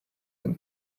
can